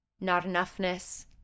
not-enoughness